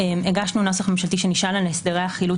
הגשנו נוסח ממשלתי שנשען על הסדרי החילוט